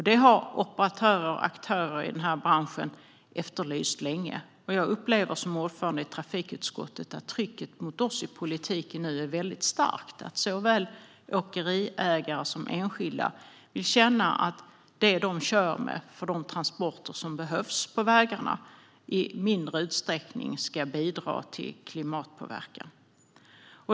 Det har operatörer och aktörer i branschen efterlyst länge. Jag upplever som ordförande i trafikutskottet att trycket mot oss i politiken nu är väldigt starkt. Såväl åkeriägare som enskilda vill känna att det de kör med för de transporter som behövs på vägarna i mindre utsträckning ska bidra till klimatpåverkan.